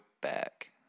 back